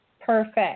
Perfect